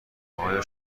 آیا